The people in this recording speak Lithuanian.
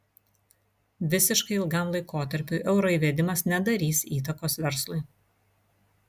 visiškai ilgam laikotarpiui euro įvedimas nedarys įtakos verslui